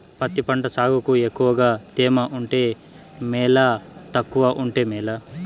పత్తి పంట సాగుకు ఎక్కువగా తేమ ఉంటే మేలా తక్కువ తేమ ఉంటే మేలా?